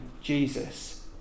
Jesus